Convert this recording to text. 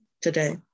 today